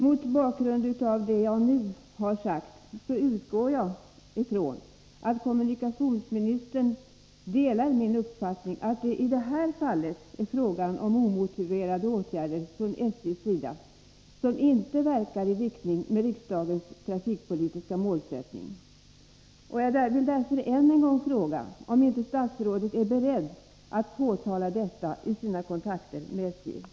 Mot bakgrund av vad jag nu har sagt utgår jag från att kommunikationsministern delar min uppfattning att det i detta fall är fråga om omotiverade åtgärder från SJ:s sida, som inte verkar i linje med riksdagens trafikpolitiska målsättning. Jag vill därför än en gång fråga: Är statsrådet beredd att påtala detta i sina kontakter med SJ?